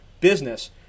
business